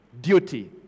duty